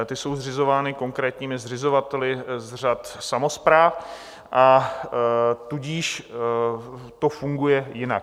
Ty jsou zřizovány konkrétními zřizovateli z řad samospráv, a tudíž to funguje jinak.